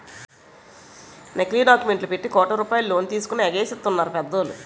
నకిలీ డాక్యుమెంట్లు పెట్టి కోట్ల రూపాయలు లోన్ తీసుకొని ఎగేసెత్తన్నారు పెద్దోళ్ళు